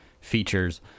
features